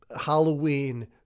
Halloween